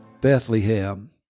Bethlehem